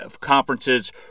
conferences